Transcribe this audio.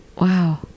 Wow